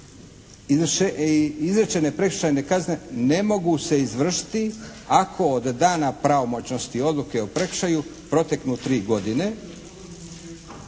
izrečene prekršajne kazne ne mogu se izvršiti ako od dana pravomoćnosti odluke o prekršaju proteknu tri godine,